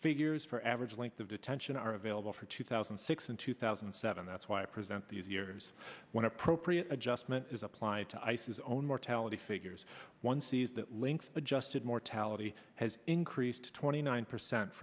figures for average length of detention are available for two thousand and six and two thousand and seven that's why present these years when appropriate adjustment is applied to ice his own mortality figures one sees that links adjusted mortality has increased to twenty nine percent